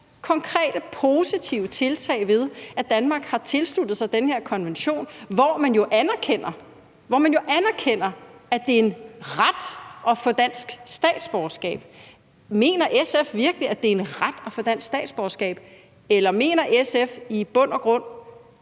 konkrete positive tiltag, i forhold til at Danmark har tilsluttet sig den her konvention, hvor man jo anerkender, at det er en ret at få dansk statsborgerskab. Mener SF virkelig, at det er en ret at få dansk statsborgerskab? Eller mener SF i bund og grund,